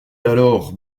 alors